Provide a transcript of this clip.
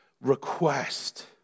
request